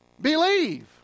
believe